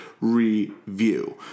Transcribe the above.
review